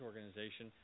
organization